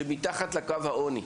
שמתחת לקו העוני,